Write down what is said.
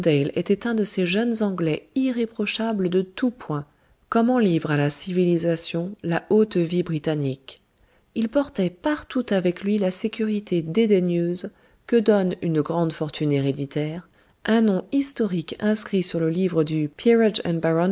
était un de ces jeunes anglais irréprochables de tout point comme en livre à la civilisation la haute vie britannique il portait partout avec lui la sécurité dédaigneuse que donnent une grande fortune héréditaire un nom historique inscrit sur le livre du